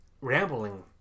rambling